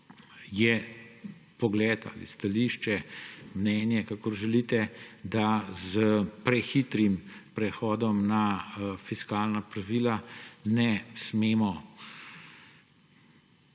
je pogled ali stališče, mnenje, kakor želite, da s prehitrim prehodom na fiskalna pravila ne smemo